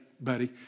buddy